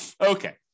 Okay